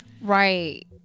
Right